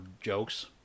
jokes